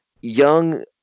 young